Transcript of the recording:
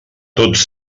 tots